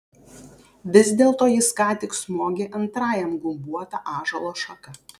vis dėlto jis ką tik smogė antrajam gumbuota ąžuolo šaka